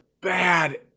bad